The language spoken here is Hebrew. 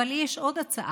אבל לי יש עוד הצעה.